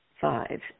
five